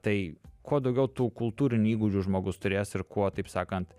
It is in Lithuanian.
tai kuo daugiau tų kultūrinių įgūdžių žmogus turės ir kuo taip sakant